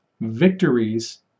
victories